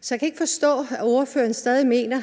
Så jeg kan ikke forstå det, når ordføreren stadig mener,